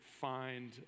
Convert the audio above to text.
find